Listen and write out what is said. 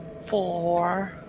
Four